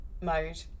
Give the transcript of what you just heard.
mode